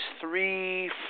three